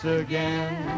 again